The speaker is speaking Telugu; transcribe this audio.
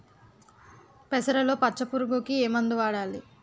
పెసరలో పచ్చ పురుగుకి ఏ మందు వాడాలి?